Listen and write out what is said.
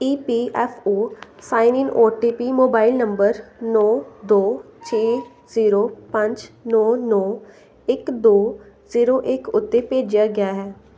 E P F O sign in O T P mobile number ਨੌ ਦੋ ਛੇ ਜ਼ੀਰੋ ਪੰਜ ਨੌ ਨੌ ਇੱਕ ਦੋ ਜ਼ੀਰੋ ਇੱਕ ਉੱਤੇ ਭੇਜਿਆ ਗਿਆ ਹੈ